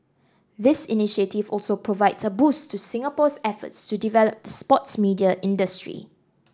this initiative also provides a boost to Singapore's efforts to develop the sports media industry